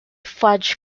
fudge